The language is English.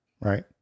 right